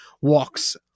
walks